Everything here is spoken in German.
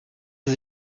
sie